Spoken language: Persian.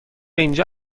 اینجا